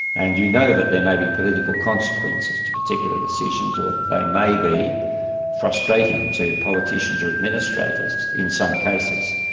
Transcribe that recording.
and you know that there may be political consequences to particular decisions, or that they may be frustrating to politicians or administrators in some cases.